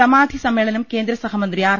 സമാധി സമ്മേളനം കേന്ദ്ര സഹമന്ത്രി ആർ